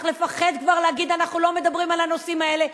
צריך לפחד כבר להגיד: אנחנו לא מדברים על הנושאים האלה.